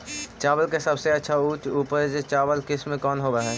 चावल के सबसे अच्छा उच्च उपज चावल किस्म कौन होव हई?